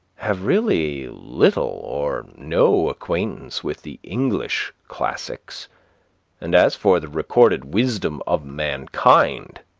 have really little or no acquaintance with the english classics and as for the recorded wisdom of mankind,